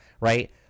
right